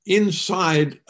inside